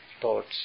thoughts